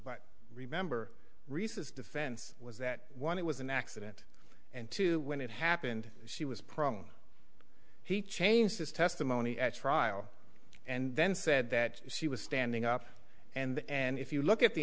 but remember rhesus defense was that one it was an accident and two when it happened she was prone he changed his testimony at trial and then said that she was standing up and if you look at the